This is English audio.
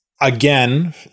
again